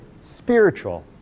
spiritual